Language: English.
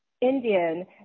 Indian